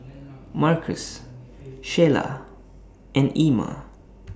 Marcos Sheyla and Ima